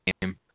game